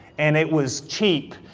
and it was cheap,